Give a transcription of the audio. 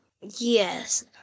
Yes